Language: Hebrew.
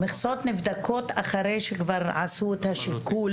המכסות נבדקות אחרי שכבר עשו את השיקול